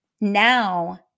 Now